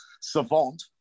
savant